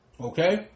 Okay